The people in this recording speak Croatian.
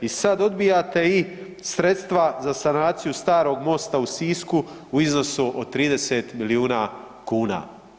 I sad odbijate i sredstva za sanaciju starog mosta u Sisku u iznosu od 30 milijuna kuna.